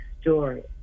Story